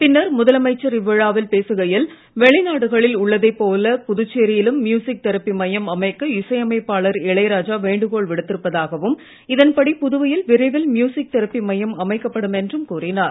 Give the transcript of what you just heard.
பின்னர் முதலமைச்சர் இவ்விழாவில் பேசுகையில் வெளிநாடுகளில் உள்ளதைப் போல புதுச்சேரி யிலும் மியூசிக் தெரபி மையம் அமைக்க இசையமைப்பாளர் வேண்டுகோள் விடுத்திருப்பதாகவும் இளையராஜா இதன்பட புதுவையில் விரைவில் மியூசிக் தெரபி மையம் அமைக்கப்படும் என்றும் கூறினார்